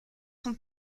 son